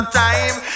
time